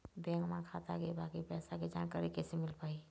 Bank म खाता के बाकी पैसा के जानकारी कैसे मिल पाही?